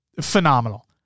phenomenal